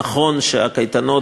נכון שהקייטנות,